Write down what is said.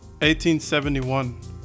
1871